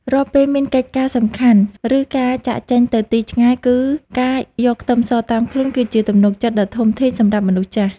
រាល់ពេលមានកិច្ចការសំខាន់ឬការចាកចេញទៅទីឆ្ងាយគឺការយកខ្ទឹមសតាមខ្លួនគឺជាទំនុកចិត្តដ៏ធំធេងសម្រាប់មនុស្សចាស់។